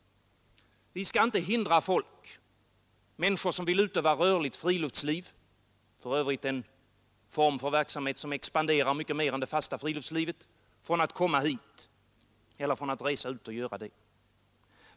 Vi skall inte hindra människor som vill utöva rörligt friluftsliv — för övrigt en verksamhetsform som expanderar mycket mer än det fasta friluftslivet — från att resa ut och göra det?